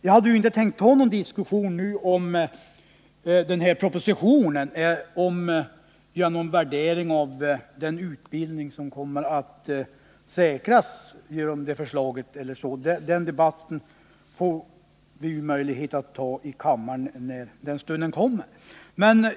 Jag hade inte tänkt ta någon diskussion nu om propositionen eller göra någon värdering av den utbildning som kommer att säkras genom det förslaget. Det kommer ju upp till behandling här i kammaren, och den debatten får vi möjlighet att ta när den stunden kommer.